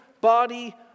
body